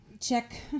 check